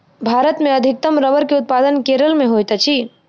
भारत मे अधिकतम रबड़ के उत्पादन केरल मे होइत अछि